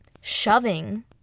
shoving